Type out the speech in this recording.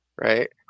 right